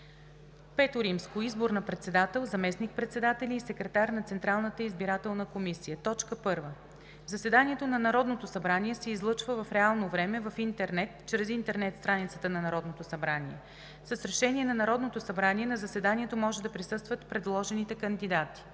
V. Избор на председател, заместник-председатели и секретар на Централната избирателна комисия. 1. Заседанието на Народното събрание се излъчва в реално време в интернет чрез интернет страницата на Народното събрание. С решение на Народното събрание на заседанието може да присъстват предложените кандидати.